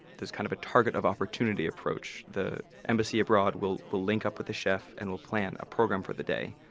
there's kind of a target of opportunity approach. the embassy abroad will will link up with the chef and will plan a program for the day.